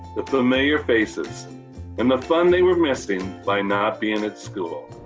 the familiar faces and the fun they were missing by not being at school.